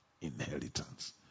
inheritance